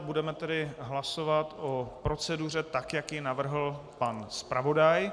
Budeme tedy hlasovat o proceduře tak, jak ji navrhl pan zpravodaj.